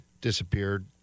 Disappeared